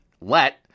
let